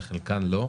לחלקן לא.